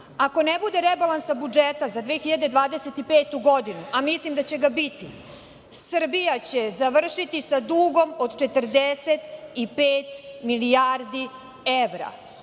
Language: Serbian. ne bude rebalansa budžeta za 2025. godinu, a mislim da će ga biti, Srbija će završiti sa dugom od 45 milijardi evra.